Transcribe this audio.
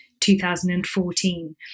2014